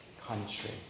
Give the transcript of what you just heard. country